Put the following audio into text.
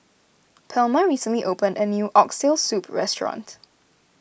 Palma recently opened a new Oxtail Soup restaurant